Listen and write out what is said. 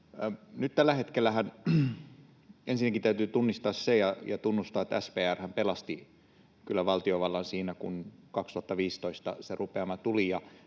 Nyt tällä hetkellähän ensinnäkin täytyy tunnistaa ja tunnustaa se, että SPR:hän pelasti kyllä valtiovallan siinä, kun 2015 se rupeama tuli.